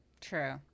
True